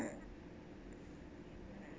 mm